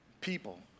people